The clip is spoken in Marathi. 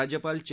राज्यपाल चे